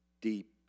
deep